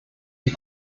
die